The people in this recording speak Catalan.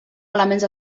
elements